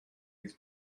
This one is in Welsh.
fydd